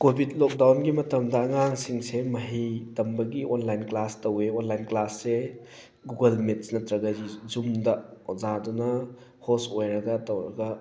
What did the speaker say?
Covid ꯂꯣꯛꯗꯥꯎꯟꯒꯤ ꯃꯇꯝꯗ ꯑꯉꯥꯡꯁꯤꯡꯁꯦ ꯃꯍꯩ ꯇꯝꯕꯒꯤ ꯑꯣꯟꯂꯥꯏꯟ ꯀ꯭ꯂꯥꯁ ꯇꯧꯋꯦ ꯑꯣꯟꯂꯥꯏꯟ ꯀ꯭ꯂꯥꯁꯁꯤ ꯒꯨꯒꯜ ꯃꯤꯠꯁ ꯅꯠꯇ꯭ꯔꯒ ꯖꯨꯝꯗ ꯑꯣꯖꯥꯗꯨꯅ ꯍꯣꯁ ꯑꯣꯏꯔꯒ ꯇꯧꯔꯒ